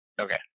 Okay